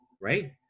right